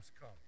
come